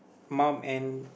mum and